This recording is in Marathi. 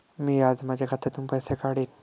मी आज माझ्या खात्यातून पैसे काढेन